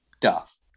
Duff